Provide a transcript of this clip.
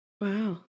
Wow